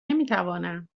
نمیتوانم